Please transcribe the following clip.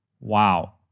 Wow